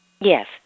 Yes